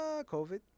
covid